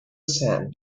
sand